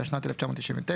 בתשנ"ט-1999,